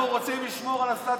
אנחנו רוצים לשמור על הסטטוס קוו,